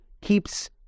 keeps